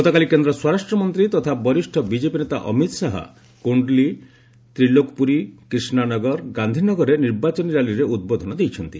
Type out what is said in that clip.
ଗତକାଲି କେନ୍ଦ୍ର ସ୍ୱରାଷ୍ଟ୍ରମନ୍ତ୍ରୀ ତଥା ବରିଷ୍ଣ ବିଜେପି ନେତା ଅମିତ ଶାହା କୋଷ୍ଠଲି ତ୍ରିଲୋକପୁରୀ କ୍ରିଷ୍ଣାନଗର ଓ ଗାନ୍ଧିନଗରରେ ନିର୍ବାଚନୀ ର୍ୟାଲିରେ ଉଦ୍ବୋଧନ ଦେଇଛନ୍ତି